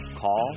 call